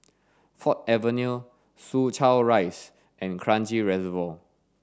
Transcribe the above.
Ford Avenue Soo Chow Rise and Kranji Reservoir